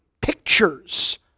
pictures